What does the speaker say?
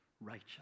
righteous